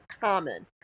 common